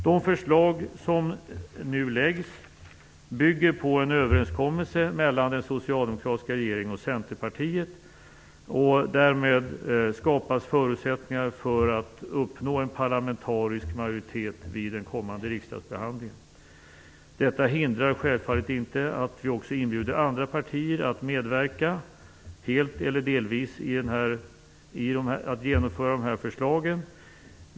De förslag som nu läggs fram bygger på en överenskommelse mellan den socialdemokratiska regeringen och Centerpartiet. Därmed skapas förutsättningar för att uppnå en parlamentarisk majoritet vid den kommande riksdagsbehandlingen. Detta hindrar självfallet inte att vi också inbjuder andra partier att medverka helt eller delvis att genomföra dessa förslag.